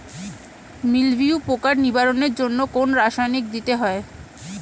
মিলভিউ পোকার নিবারণের জন্য কোন রাসায়নিক দিতে হয়?